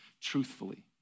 truthfully